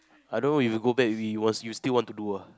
I don't know if you go back you still want to do lah